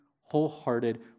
wholehearted